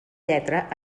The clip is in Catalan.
lletra